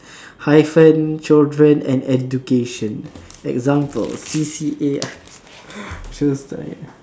hyphen children and education example C_C_A